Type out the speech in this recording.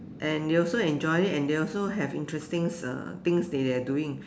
and they also enjoy it and they also have interesting uh things they are doing